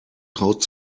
traut